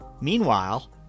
Meanwhile